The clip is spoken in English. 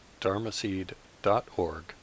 dharmaseed.org